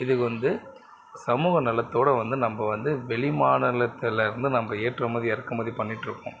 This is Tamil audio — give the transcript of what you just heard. இதுக்கு வந்து சமூக நலத்தோடு வந்து நம்ம வந்து வெளி மாநிலத்துலேருந்து நம்ம ஏற்றுமதி இறக்குமதி பண்ணிட்டிருக்கோம்